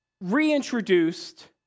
reintroduced